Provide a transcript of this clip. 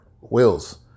wills